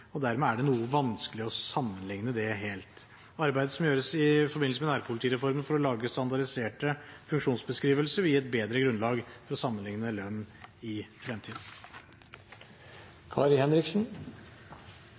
og dermed er det noe vanskelig å sammenligne det helt. Arbeidet som gjøres i forbindelse med nærpolitireformen for å lage standardiserte funksjonsbeskrivelser, vil gi et bedre grunnlag for å sammenligne lønn i